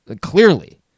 clearly